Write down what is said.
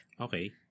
Okay